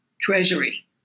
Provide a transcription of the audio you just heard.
treasury